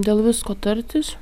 dėl visko tartis